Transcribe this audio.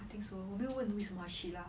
I think so 我没有问为什么你要去 lah